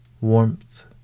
warmth